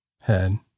head